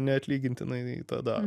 neatlygintinai tą daro